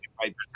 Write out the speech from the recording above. right